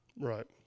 Right